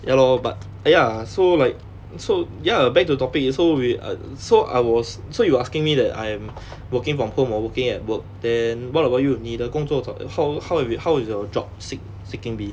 ya lor but ya so like so ya back to topic so we are so I was so you were asking me that I am working from home or working at work then what about you 你的工作找 how how how is how is your job seek seeking be